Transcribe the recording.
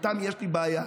איתם יש לי בעיה.